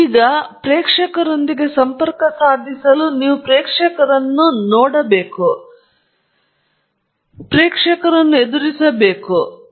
ನಿಮ್ಮ ಪ್ರೇಕ್ಷಕರೊಂದಿಗೆ ಸಂಪರ್ಕ ಸಾಧಿಸುವ ಪ್ರಮುಖ ಅಂಶವು ನಿಮ್ಮ ಪ್ರೇಕ್ಷಕರನ್ನು ನೋಡುವುದು ನಿಮ್ಮ ಪ್ರೇಕ್ಷಕರನ್ನು ಎದುರಿಸುವುದು ಪ್ರೇಕ್ಷಕರಿಂದ ದೂರವಿರುವುದು